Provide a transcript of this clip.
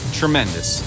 tremendous